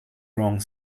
wrong